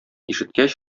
ишеткәч